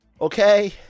okay